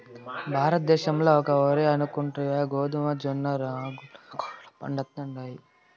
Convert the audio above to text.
భారతద్దేశంల ఒక్క ఒరే అనుకుంటివా గోధుమ, జొన్న, రాగులు కూడా పండతండాయి